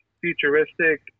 Futuristic